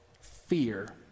fear